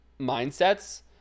mindsets